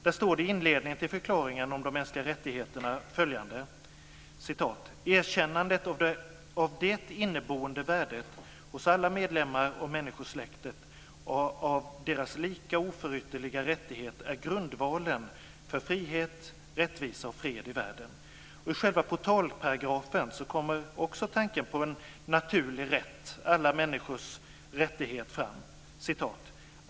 I inledningen till förklaringen om de mänskliga rättigheterna står det: "Erkännandet av det inneboende värdet hos alla medlemmar av människosläktet och av deras lika och oförytterliga rättigheter är grundvalen för frihet, rättvisa och fred i världen." I själva portalparagrafen kommer också tanken på en naturlig rätt och alla människors rättighet fram.